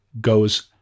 goes